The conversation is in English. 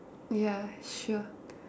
ya sure